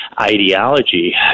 ideology